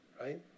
right